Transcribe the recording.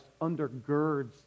undergirds